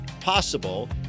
possible